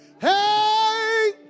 Hey